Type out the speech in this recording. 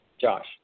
Josh